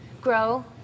Grow